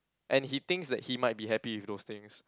and he thinks that he might be happy with those things